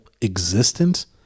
existence